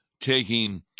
taking